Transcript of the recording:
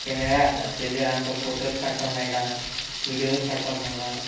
camera आसा तेजेर आमकां फोटोज काडपाक मेळटा विडियोज काडपाक मेळटा